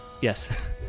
yes